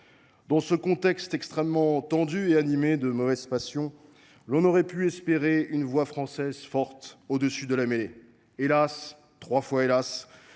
Dans ce contexte extrêmement tendu, animé de mauvaises passions, l’on aurait pu espérer une voix française forte, au dessus de la mêlée. Hélas ! trois fois hélas